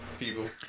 people